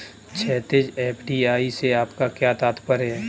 क्षैतिज, एफ.डी.आई से आपका क्या तात्पर्य है?